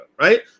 right